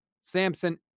samson